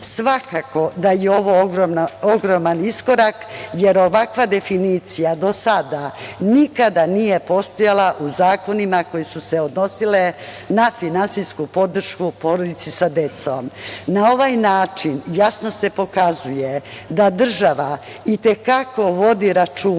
Svakako da je ovo ogroman iskorak, jer ovakva definicija do sada nikada nije postojala u zakonima koji su se odnosili na finansijsku podršku porodici sa decom. Na ovaj način se jasno pokazuje da država i te kako vodi računa